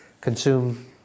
consume